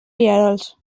rierols